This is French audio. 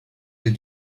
des